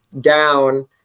down